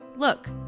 look